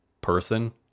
person